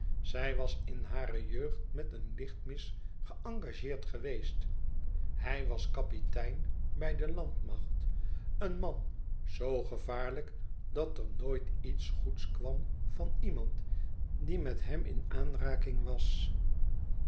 zij was in hare jeugd met een lichtmis geëngageerd geweest hij was kapitein bij de landmacht een man zoo gevaarlijk dat er nooit iets goeds kwam van iemand die met hem in aanraking was